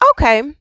okay